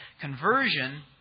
Conversion